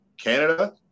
Canada